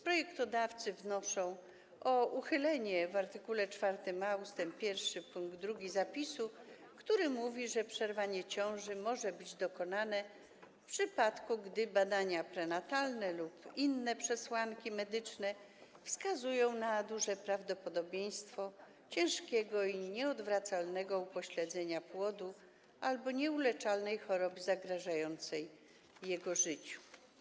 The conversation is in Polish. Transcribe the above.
Projektodawcy wnoszą o uchylenie w art. 4a ust. 1 pkt 2 zapisu, który mówi, że przerwanie ciąży może być dokonane, w przypadku gdy badania prenatalne lub inne przesłanki medyczne wskazują na duże prawdopodobieństwo ciężkiego i nieodwracalnego upośledzenia płodu albo nieuleczalnej choroby zagrażającej jego życiu.